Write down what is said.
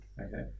okay